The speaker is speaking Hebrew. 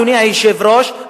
אדוני היושב-ראש,